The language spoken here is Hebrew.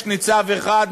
יש ניצב אחד,